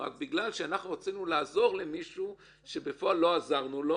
אלא רק בגלל שרצינו לעזור למישהו שבפועל לא עזרנו לו